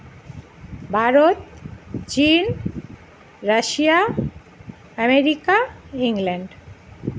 ভারত চীন রাশিয়া America England